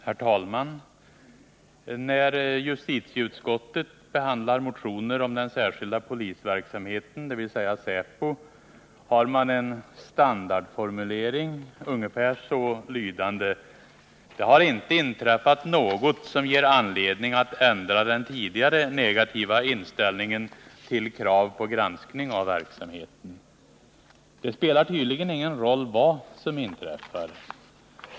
Herr talman! När justitieutskottet behandlar motioner om den särskilda polisverksamheten, dvs. säpo, har man en standardformulering, lydande ungefär så: Det har inte inträffat något som ger anledning att ändra den tidigare negativa inställningen till krav på granskning av verksamheten. Det spelar tydligen ingen roll vad som inträffar.